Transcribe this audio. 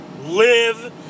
live